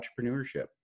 entrepreneurship